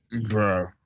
bro